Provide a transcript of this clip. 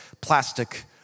plastic